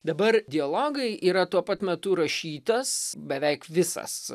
dabar dialogai yra tuo pat metu rašytas beveik visas